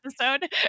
episode